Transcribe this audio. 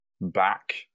back